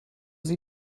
sie